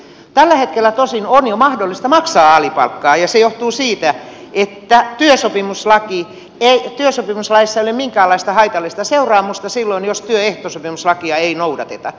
tällä hetkellä tosin on jo mahdollista maksaa alipalkkaa ja se johtuu siitä että työsopimuslaissa ei ole minkäänlaista haitallista seuraamusta silloin jos työehtosopimuslakia ei noudateta